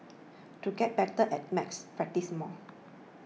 to get better at maths practise more